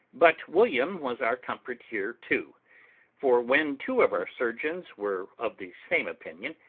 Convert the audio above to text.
but william was our comfort here too for, when two of our surgeons were of the same opinion,